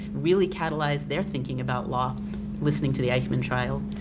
really catalyzed their thinking about law listening to the eichmann trial,